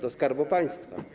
Do Skarbu Państwa.